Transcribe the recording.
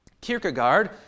Kierkegaard